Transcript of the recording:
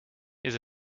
his